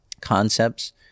Concepts